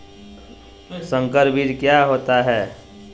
संकर बीज क्या होता है?